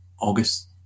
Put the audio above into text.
August